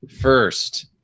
first